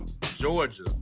Georgia